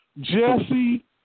Jesse